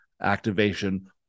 activation